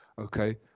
Okay